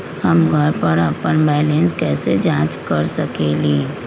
हम घर पर अपन बैलेंस कैसे जाँच कर सकेली?